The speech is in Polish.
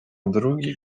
drugi